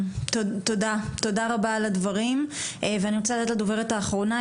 תודה רבה על הדברים ואני רוצה לתת לדוברת האחרונה,